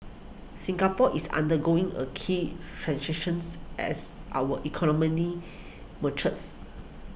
Singapore is undergoing a key transitions as our matures